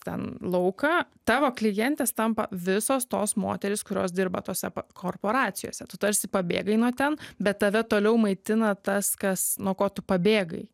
ten lauką tavo klientės tampa visos tos moterys kurios dirba tose korporacijose tu tarsi pabėgai nuo ten bet tave toliau maitina tas kas nuo ko tu pabėgai